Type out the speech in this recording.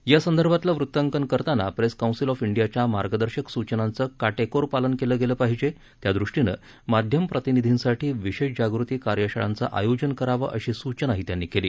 यासंदर्भातलं वृत्तांकन करताना प्रेस कौन्सिल अॅफ डियाच्या मार्गदर्शक सूचनांचं काटेकोर पालन केलं गेलं पाहिजे त्यादृष्टीनं माध्यम प्रतिनिधींसाठी विशेष जागृती कार्यशाळांचं आयोजन करावं अशी सूचनाही त्यांनी केली